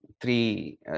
three